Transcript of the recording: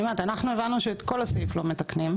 אני אומרת, אנחנו הבנו שאת כל הסעיף לא מתקנים.